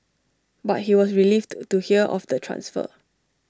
but he was relieved to to hear of the transfer